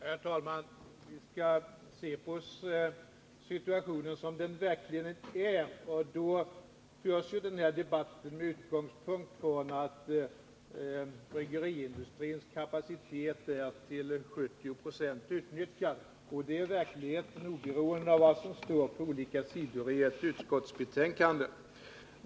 Herr talman! Vi skall se på situationen sådan den verkligen är. Denna debatt förs ju med utgångspunkt i att bryggeriindustrins kapacitet endast är utnyttjad till 70 20. Det är verkligheten, oberoende av vad som står på olika sidor i ett utskottsbetänkande.